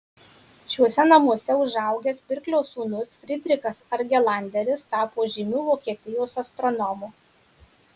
šiuose namuose užaugęs pirklio sūnus frydrichas argelanderis tapo žymiu vokietijos astronomu